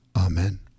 Amen